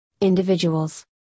individuals